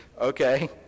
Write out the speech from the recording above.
okay